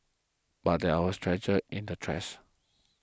but there was treasure in the trash